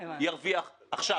ירוויח עכשיו.